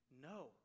No